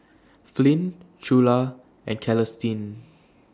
Flint Trula and Celestine